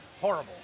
horrible